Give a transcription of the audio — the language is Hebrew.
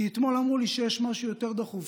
כי אתמול אמרו לי שיש משהו יותר דחוף,